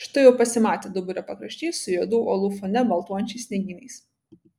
štai jau pasimatė duburio pakraštys su juodų uolų fone baltuojančiais sniegynais